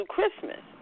Christmas